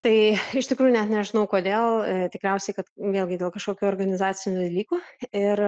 tai iš tikrųjų net nežinau kodėl tikriausiai kad vėlgi dėl kažkokių organizacinių dalykų ir